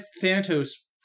Thanatos